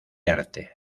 arte